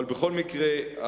בכל מקרה,